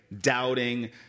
Doubting